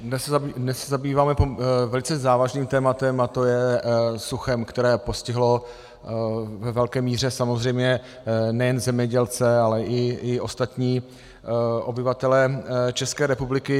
Dnes se zabýváme velice závažným tématem, to je suchem, které postihlo ve velké míře samozřejmě nejen zemědělce, ale i ostatní obyvatele České republiky.